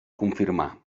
confirmar